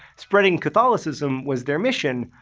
spreading catholicism was their mission,